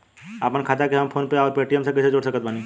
आपनखाता के हम फोनपे आउर पेटीएम से कैसे जोड़ सकत बानी?